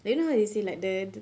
like you know how they say like the